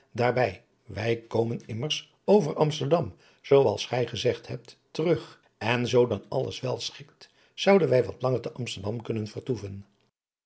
wij komen immers over amsterdam zoo als gij gezegd hebt terug en zoo dan alles wel schikt zouden wij wat langer te amsterdam kunnen vertoeven